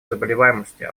заболеваемости